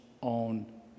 on